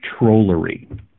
trollery